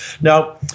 Now